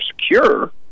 secure